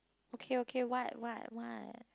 okay okay what what what